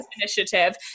initiative